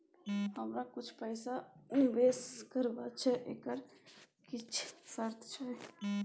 हमरा कुछ पैसा निवेश करबा छै एकर किछ शर्त छै?